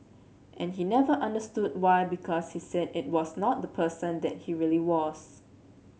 and he never understood why because he said it was not the person that he really was